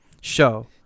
show